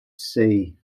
sea